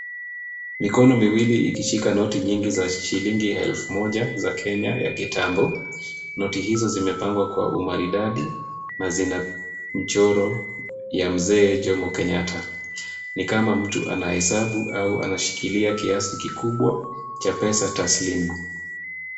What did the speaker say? Mikono miwili ikishika noti nyingi za shilingi elfu moja za kenya ya kitambo. Noti hizo zimepangwa kwa umaridadi na zina mchoro ya mzee Jomo Kenyatta. Ni kama mtu anahesabu au anashikilia kiasi kikubwa cha pesa taslimu.